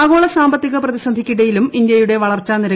ആഗോള സാമ്പത്തിക പ്രതിസന്ധിക്കിടയിലും ഇന്ത്യയുടെ വളർച്ചാ നിരക്ക് ബി